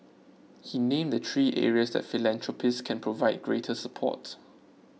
he named the three areas that philanthropists can provide greater support